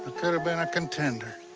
could've been a contender.